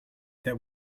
that